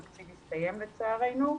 התקציב הסתיים, לצערנו,